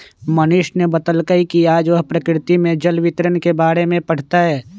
मनीष ने बतल कई कि आज वह प्रकृति में जल वितरण के बारे में पढ़ तय